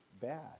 bad